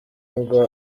ngo